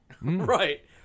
Right